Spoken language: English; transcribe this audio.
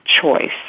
choice